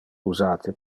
usate